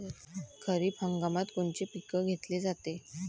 खरिप हंगामात कोनचे पिकं घेतले जाते?